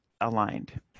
aligned